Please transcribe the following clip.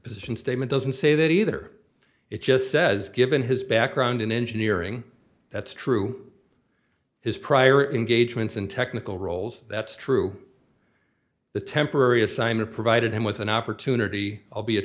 position statement doesn't say that either it just says given his background in engineering that's true his prior engagements in technical roles that's true the temporary assignment provided him with an opportunity will be a